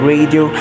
Radio